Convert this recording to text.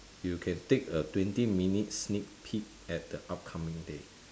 you can take a twenty minute sneak peek at the upcoming day